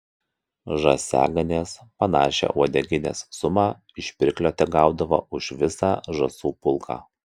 žąsiaganės panašią uodeginės sumą iš pirklio tegaudavo už visą žąsų pulką